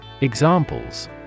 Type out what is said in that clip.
Examples